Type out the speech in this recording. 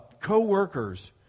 co-workers